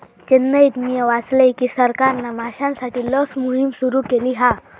चेन्नईत मिया वाचलय की सरकारना माश्यांसाठी लस मोहिम सुरू केली हा